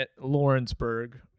Lawrenceburg